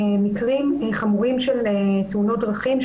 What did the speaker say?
מקרים חמורים של תאונות דרכים,